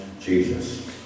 Jesus